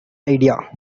idea